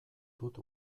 dut